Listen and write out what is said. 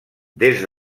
des